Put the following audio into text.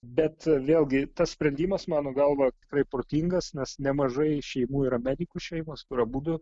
bet vėlgi tas sprendimas mano galva tikrai protingas nes nemažai šeimų yra medikų šeimos kur abudu